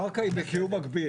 הקרקע היא בקיום מקביל,